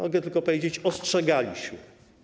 Mogę tylko powiedzieć: ostrzegaliśmy.